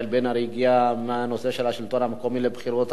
הגיע מהנושא של השלטון המקומי לבחירת הנשיא,